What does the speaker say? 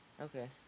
Okay